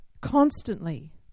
constantly